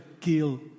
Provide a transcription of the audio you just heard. kill